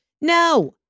No